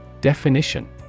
Definition